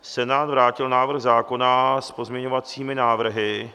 Senát vrátil návrh zákona s pozměňovacími návrhy.